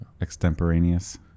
Extemporaneous